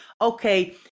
okay